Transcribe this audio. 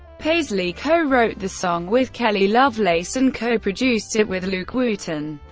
paisley co-wrote the song with kelley lovelace and co-produced it with luke wooten.